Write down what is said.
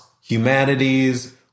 humanities